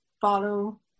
follow